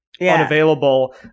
unavailable